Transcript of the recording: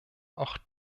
auch